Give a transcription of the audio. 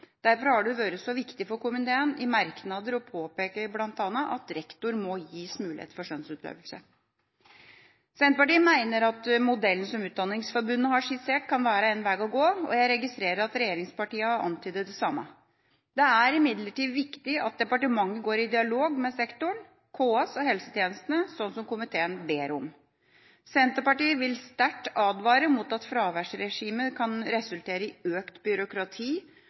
Derfor har det vært så viktig for komiteen i merknader å påpeke bl.a. at rektor må gis mulighet for skjønnsutøvelse. Senterpartiet mener at modellen som Utdanningsforbundet har skissert, kan være en vei å gå, og jeg registrerer at regjeringspartiene har antydet det samme. Det er imidlertid viktig at departementet går i dialog med sektoren, KS og helsetjenestene, slik komiteen ber om. Senterpartiet vil sterkt advare om at fraværsregimet kan resultere i økt byråkrati.